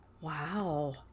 Wow